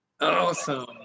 Awesome